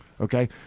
Okay